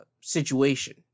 situation